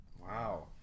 Wow